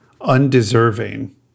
undeserving